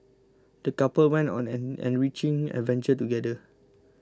the couple went on an enriching adventure together